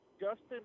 Justin